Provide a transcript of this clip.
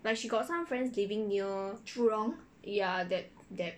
jurong